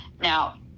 Now